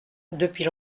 depuis